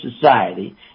society